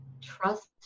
Trust